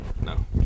No